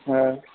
آ